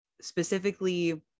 specifically